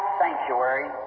sanctuary